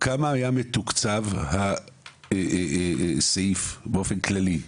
כמה היה מתוקצב הסעיף באופן כללי,